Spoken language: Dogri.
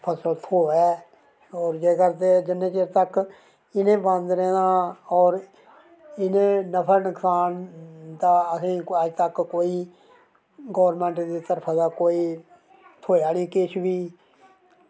फसल थ्होऐ होर जिन्ने तगर इं'दे बंदरें दा इं'दे नफा नुकसान दा अजतक असेंगी कोई गौरमैंट दी तरफा दा कोई थ्होएआ निं किश बी